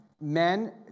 men